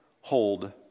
hold